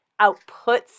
outputs